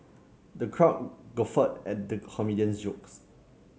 the crowd guffawed at the comedian jokes